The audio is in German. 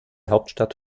hauptstadt